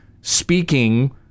speaking